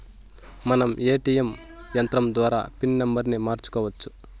మనం ఏ.టీ.యం యంత్రం ద్వారా పిన్ నంబర్ని మార్చుకోవచ్చు